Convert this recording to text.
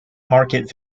market